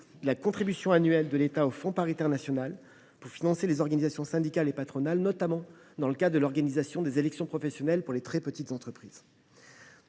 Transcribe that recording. la contribution annuelle de l’État au fonds paritaire national, qui finance les organisations syndicales et patronales, notamment dans le cadre de l’organisation des élections professionnelles dans les TPE. Notre ambition